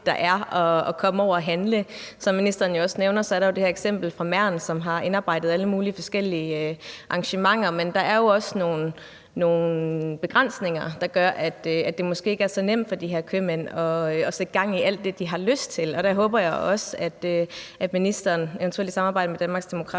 det at komme over og handle. Som ministeren jo også nævner, er der det her eksempel fra Mern, hvor de har indarbejdet alle mulige forskellige arrangementer. Men der er jo også nogle begrænsninger, der gør, at det måske ikke er så nemt for de her købmænd at sætte gang i alt det, de har lyst til. Og der håber jeg også, at ministeren – eventuelt i samarbejde med Danmarksdemokraterne